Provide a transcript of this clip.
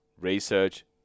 research